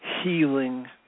healing